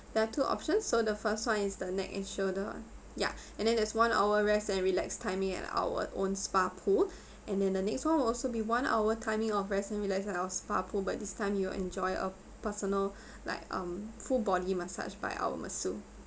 there are two options so the first one is the neck and shoulder ya and then there's one hour rest and relax timing at our own spa pool and then the next one will also be one hour timing of rest and relax at our spa pool but this time you will enjoy a personal like um full body massage by our masseur